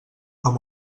amb